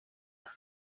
cup